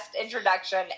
introduction